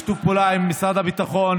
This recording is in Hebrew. בשיתוף פעולה עם משרד הביטחון.